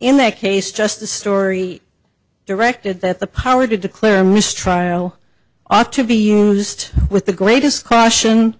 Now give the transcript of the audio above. in that case just the story directed that the power to declare a mistrial ought to be used with the greatest caution